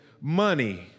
money